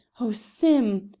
oh, sim!